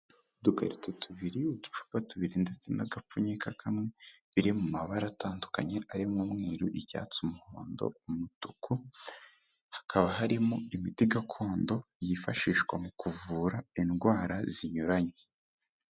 Udukarito tubiri, uducupa tubiri ndetse n'agapfunyika kamwe, biri mu mabara atandukanye, arimo umweru, icyatsi, umuhondo, umutuku, hakaba harimo imiti gakondo yifashishwa mu kuvura indwara zinyuranye.